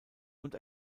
und